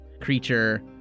creature